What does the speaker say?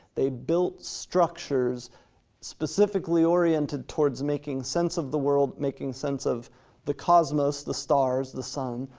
they built structures specifically oriented towards making sense of the world, making sense of the cosmos, the stars, the sun,